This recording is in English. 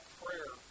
prayer